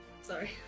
Sorry